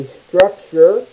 structure